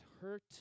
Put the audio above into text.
hurt